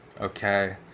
okay